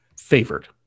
favored